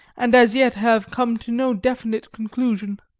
and as yet have come to no definite conclusion.